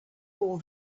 all